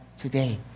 today